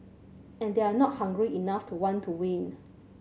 and they're not hungry enough to want to win